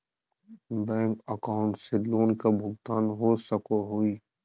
Bank account से loan का भुगतान हो सको हई?